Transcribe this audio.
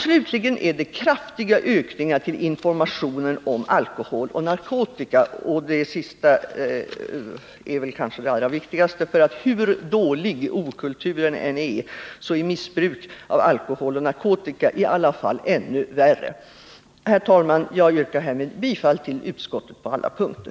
Slutligen har det gjorts kraftiga ökningar av anslagen till information om alkohol och narkotika. Detta är kanske det allra viktigaste, för hur dålig okulturen än är, så är missbruket av alkohol och narkotika ännu värre. Herr talman! Jag yrkar härmed bifall till utskottets hemställan på alla punkter.